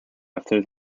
after